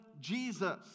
Jesus